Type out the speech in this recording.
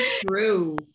true